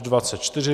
24.